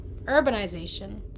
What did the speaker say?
Urbanization